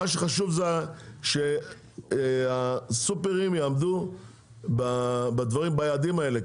מה שחשוב זה שהסופרים יעמדו ביעדים האלה.